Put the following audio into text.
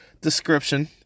description